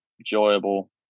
enjoyable